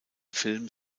film